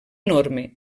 enorme